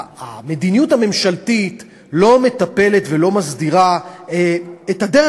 המדיניות הממשלתית לא מטפלת ולא מסדירה את הדרך